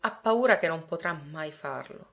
ha paura che non potrà mai farlo